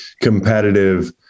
competitive